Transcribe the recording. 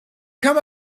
come